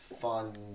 fun